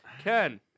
Ken